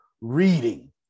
reading